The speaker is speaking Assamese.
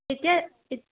এতিয়া